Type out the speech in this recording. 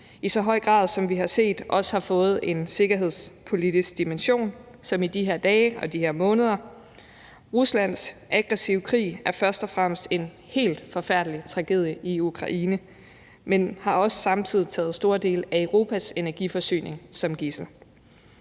i så høj grad, som vi har set, også har fået en sikkerhedspolitisk dimension som i de her dage og de her måneder. Ruslands aggressive krig er først og fremmest en helt forfærdelig tragedie i Ukraine, men har også samtidig taget store dele af Europas energiforsyning som gidsel.